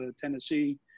Tennessee